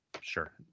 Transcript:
sure